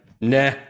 nah